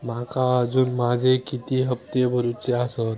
माका अजून माझे किती हप्ते भरूचे आसत?